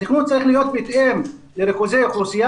התכנון צריך להיות בהתאם לריכוזי אוכלוסייה.